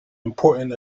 important